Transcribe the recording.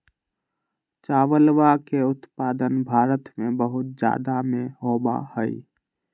चावलवा के उत्पादन भारत में बहुत जादा में होबा हई